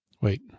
Wait